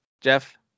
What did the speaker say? Jeff